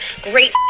great